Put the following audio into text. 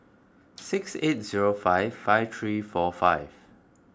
six eight zero five five three four five